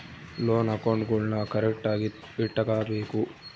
loan ಅಕೌಂಟ್ಗುಳ್ನೂ ಕರೆಕ್ಟ್ಆಗಿ ಇಟಗಬೇಕು